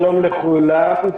שלום לכולם.